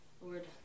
Lord